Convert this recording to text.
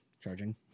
charging